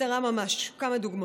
בקצרה ממש, כמה דוגמאות.